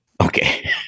Okay